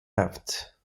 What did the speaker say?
aft